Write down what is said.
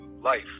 life